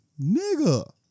nigga